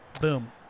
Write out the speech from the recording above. boom